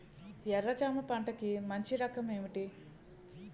ఎర్ర జమ పంట కి మంచి రకం ఏంటి?